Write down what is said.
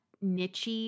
niche